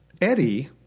Eddie